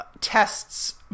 tests